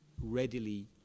readily